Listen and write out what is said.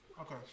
Okay